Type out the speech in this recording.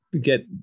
get